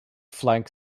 flank